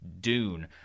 Dune